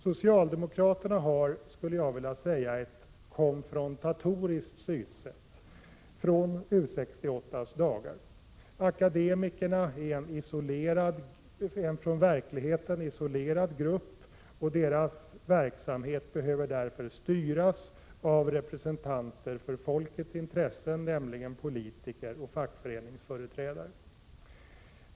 Socialdemokraterna har, skulle jag vilja säga, ett konfrontatoriskt synsätt från U 68:s dagar: akademikerna är en från verkligheten isolerad grupp, och deras verksamhet behöver därför styras av representanter för folkets intressen, nämligen politiker och fackföreningsföreträdare.